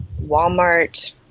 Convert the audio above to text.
Walmart